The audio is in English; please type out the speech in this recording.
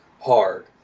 hard